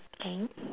okay